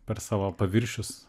per savo paviršius